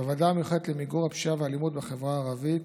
בוועדה המיוחדת למיגור הפשיעה והאלימות בחברה הערבית,